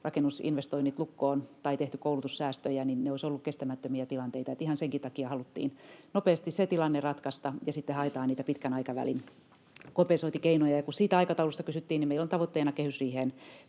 rakennusinvestoinnit lukkoon tai tehty koulutussäästöjä, ja ne olisivat olleet kestämättömiä tilanteita. Että ihan senkin takia haluttiin nopeasti se tilanne ratkaista, ja sitten haetaan niitä pitkän aikavälin kompensointikeinoja. Ja kun siitä aikataulusta kysyttiin, niin meillä on tavoitteena hakea